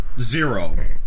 zero